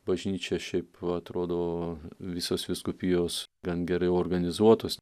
bažnyčia šiaip atrodo visos vyskupijos gan gerai organizuotos